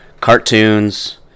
cartoons